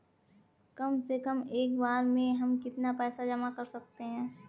कम से कम एक बार में हम कितना पैसा जमा कर सकते हैं?